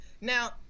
Now